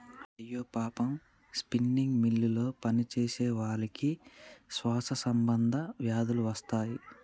అయ్యో పాపం స్పిన్నింగ్ మిల్లులో పనిచేసేవాళ్ళకి శ్వాస సంబంధ వ్యాధులు వస్తాయి